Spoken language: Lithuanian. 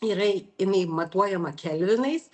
yra jinai matuojama kelvinais